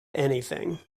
anything